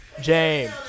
James